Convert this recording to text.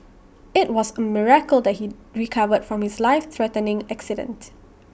IT was A miracle that he recovered from his life threatening accident